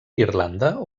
irlanda